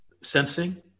sensing